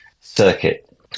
circuit